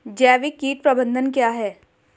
जैविक कीट प्रबंधन क्या है?